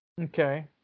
Okay